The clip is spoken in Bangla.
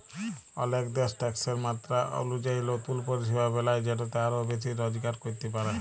অলেক দ্যাশ ট্যাকসের মাত্রা অলুজায়ি লতুল পরিষেবা বেলায় যেটতে আরও বেশি রজগার ক্যরতে পারে